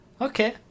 Okay